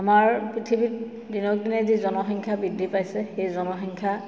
আমাৰ পৃথিৱীৰ দিনক দিনে যি জনসংখ্যা বৃদ্ধি পাইছে সেই জনসংখ্যা